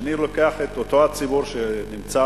כשאני לוקח את אותו הציבור שנמצא